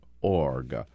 org